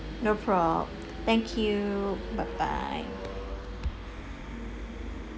no prob~ thank you bye bye